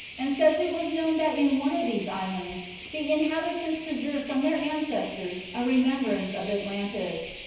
and says it was known that in one of these islands the inhabitants preserved from their ancestors a remembrance of atlantis,